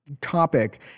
topic